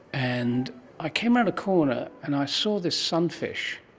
and i came around a corner and i saw this sunfish